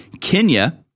Kenya